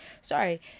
Sorry